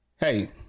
Hey